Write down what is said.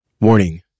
Warning